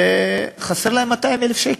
חסרים להם 200,000 שקל,